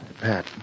Pat